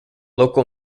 local